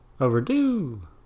Overdue